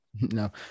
no